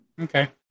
Okay